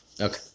Okay